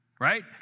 right